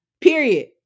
Period